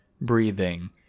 breathing